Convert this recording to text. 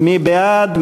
מי בעד?